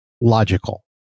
logical